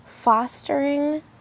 Fostering